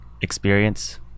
experience